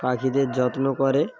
পাখিদের যত্ন করে